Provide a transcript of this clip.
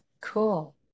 Cool